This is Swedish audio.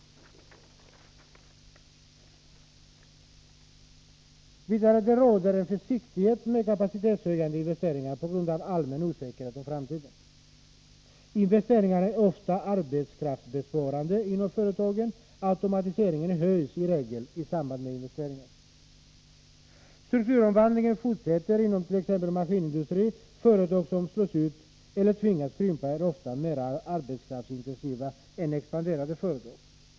Det råder vidare försiktighet i fråga om kapacitetshöjande investeringar på grund av allmän osäkerhet om framtiden. Investeringar är ofta arbetskraftsbesparande för företagen, eftersom automatiseringen i regel höjs i samband med dem. Strukturomvandlingen fortsätter inom t.ex. maskinindustrin. Företag som slås ut eller tvingas krympa är ofta mer arbetskraftsintensiva än expanderande företag.